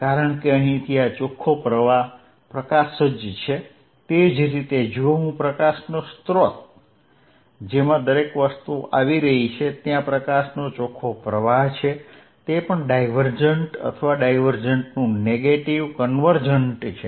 કારણ કે અહીંથી આ ચોખ્ખો પ્રવાહ પ્રકાશ છે તે જ રીતે જો હું પ્રકાશનો સ્ત્રોત જેમાં દરેક વસ્તુ આવી રહી છે ત્યાં પ્રકાશનો ચોખ્ખો પ્રવાહ છે તે પણ ડાયવર્જન્ટ અથવા ડાયવર્જન્ટનું નેગેટીવ કન્વર્જન્ટ છે